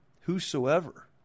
Whosoever